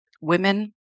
women